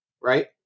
right